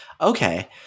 okay